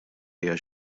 hija